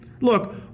Look